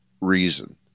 reason